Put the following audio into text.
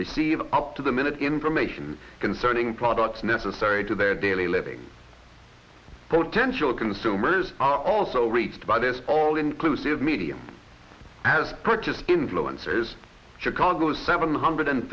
receive up to the minute information concerning products necessary to their daily living potential consumers are also reached by this all inclusive medium as purchased influences chicago's seven hundred